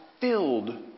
filled